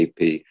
AP